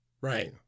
Right